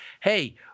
hey